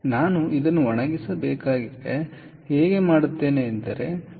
ಆದ್ದರಿಂದ ನಾನು ಇದನ್ನು ಒಣಗಿಸಬೇಕಾಗಿದೆ ನಾನು ಅದನ್ನು ಹೇಗೆ ಮಾಡುತ್ತೇನೆ ಎಂಬುದು ಮುಂದಿನ ಪ್ರಶ್ನೆ